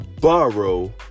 borrow